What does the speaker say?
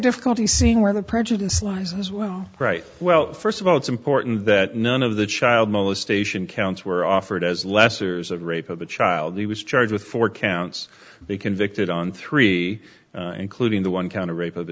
difficulty seeing where the prejudice lies as well right well first of all it's important that none of the child molestation counts were offered as lessers of rape of a child he was charged with four counts they convicted on three including the one count of rape of